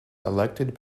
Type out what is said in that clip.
elected